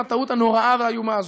על הטעות הנוראה והאיומה הזאת,